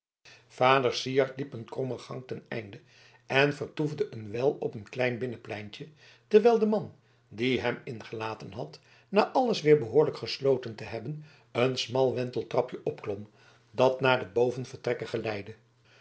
vader syard liep een kromme gang ten einde en vertoefde een wijl op een klein binnenpleintje terwijl de man die hem ingelaten had na alles weer behoorlijk gesloten te hebben een smal wenteltrapje opklom dat naar de bovenvertrekken geleidde